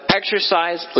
exercise